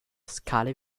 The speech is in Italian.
scale